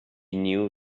knew